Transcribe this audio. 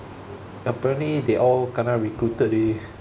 apparently they all kena recruited leh